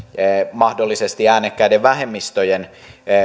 mahdollisesti äänekkäiden vähemmistöjen